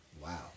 Wow